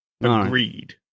Agreed